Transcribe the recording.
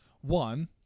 one